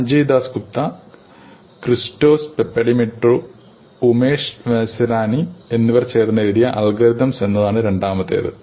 Sanjay Dasgupta Christos Papadimitriou Umesh Vazirani എന്നിവർ ചേർന്നെഴുതിയ "algorithms" എന്നതാണ് രണ്ടാമത്തേത്